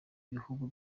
bihugu